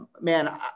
man